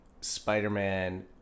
spider-man